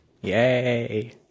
Yay